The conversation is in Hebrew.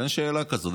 אין שאלה כזאת.